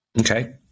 Okay